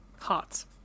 hearts